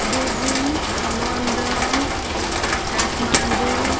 Beijing London Kathmandu